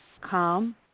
calm